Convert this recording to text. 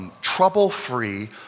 trouble-free